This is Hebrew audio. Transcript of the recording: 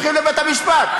הולכים לבית-המשפט.